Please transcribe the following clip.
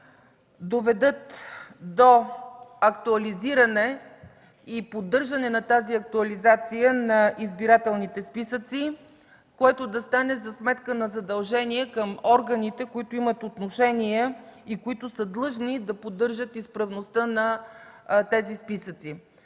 доведат до актуализиране и поддържане на тази актуализация на избирателните списъци, което да стане за сметка на задължения към органите, които имат отношение и които са длъжни да поддържат изправността на тези списъци.